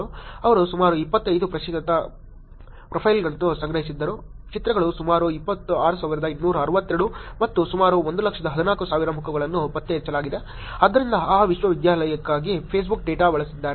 ಅವರು ಸುಮಾರು 25 ಪ್ರತಿಶತ ಪ್ರೊಫೈಲ್ಗಳನ್ನು ಸಂಗ್ರಹಿಸಿದ್ದಾರೆ ಚಿತ್ರಗಳು ಸುಮಾರು 26262 ಮತ್ತು ಸುಮಾರು 114000 ಮುಖವನ್ನು ಪತ್ತೆಹಚ್ಚಲಾಗಿದೆ ಆದ್ದರಿಂದ ಆ ವಿಶ್ವವಿದ್ಯಾಲಯಕ್ಕಾಗಿ ಫೇಸ್ಬುಕ್ ಡೇಟಾ ಬಳಸಿದ್ದಾರೆ